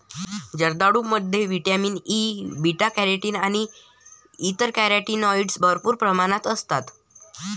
जर्दाळूमध्ये vitamin A, beta carotene आणि इतर कॅरोटीनॉइड्स भरपूर प्रमाणात असतात